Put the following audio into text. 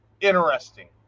interesting